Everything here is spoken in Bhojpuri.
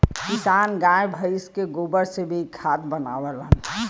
किसान गाय भइस के गोबर से भी खाद बनावलन